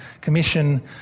Commission